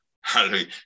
Hallelujah